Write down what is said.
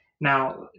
Now